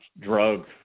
drug